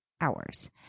hours